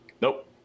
nope